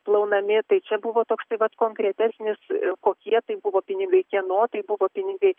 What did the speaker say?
plaunami tai čia buvo toks tai vat konkretesnis kokie tai buvo pinigai kieno tai buvo pinigai